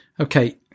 Okay